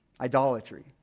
idolatry